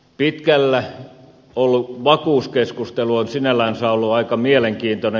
pitkällä ollut vakuuskeskustelu on sinällänsä ollut aika mielenkiintoinen